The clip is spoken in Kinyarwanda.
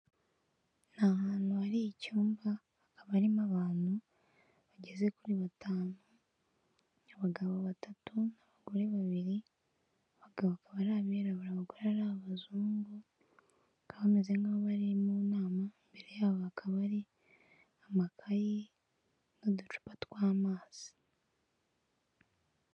Ni ahantu hari icyumba, hakaba harimo abantu, bageze kuri batanu, abagabo batatu n'abagore babiri, abagabo ari abirabura abagore ari abazungu, bakaba bameze nk'abari mu nama, imbere yabo akaba ari amakayi n'uducupa tw'amazi.